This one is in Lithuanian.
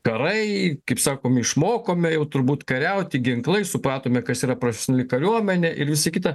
karai kaip sakome išmokome jau turbūt kariauti ginklais supratome kas yra profesionali kariuomenė ir visa kita